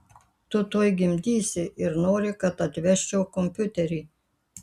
tu tuoj gimdysi ir nori kad atvežčiau kompiuterį